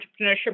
entrepreneurship